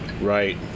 Right